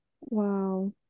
wow